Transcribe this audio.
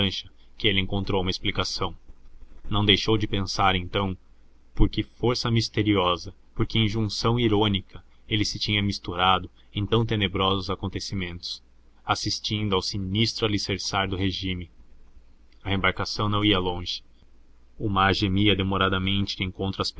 lancha que ele encontrou uma explicação não deixou de pensar então por que força misteriosa por que injunção irônica ele se tinha misturado em tão tenebrosos acontecimentos assistindo ao sinistro alicerçar do regime a embarcação não ia longe o mar gemia demoradamente de encontro às